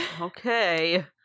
Okay